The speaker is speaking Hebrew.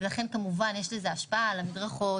לכן יש לזה השפעה על המדרכות,